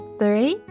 three